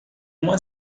uma